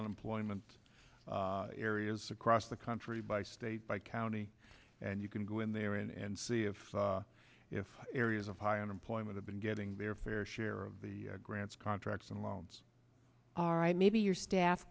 unemployment areas across the country by state by county and you can go in there and see if if areas of high unemployment have been getting their fair share of the grants contracts are right maybe your staff